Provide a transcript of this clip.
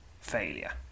Failure